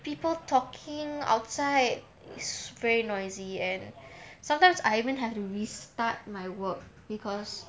people talking outside it's very noisy and sometimes I even have to restart my work because